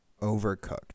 overcooked